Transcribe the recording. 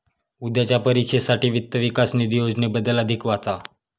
उद्याच्या परीक्षेसाठी वित्त विकास निधी योजनेबद्दल अधिक वाचा